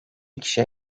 kişi